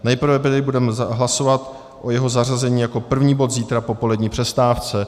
Nejprve tedy budeme hlasovat o jeho zařazení jako první bod zítra po polední přestávce...